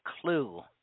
clue